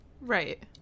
Right